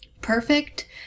Perfect